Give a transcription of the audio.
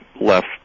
left